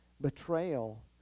betrayal